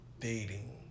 dating